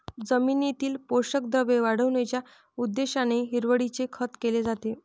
जमिनीतील पोषक द्रव्ये वाढविण्याच्या उद्देशाने हिरवळीचे खत केले जाते